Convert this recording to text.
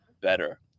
better